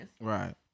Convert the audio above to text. Right